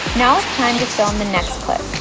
now, it's time to film the next clip.